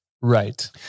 Right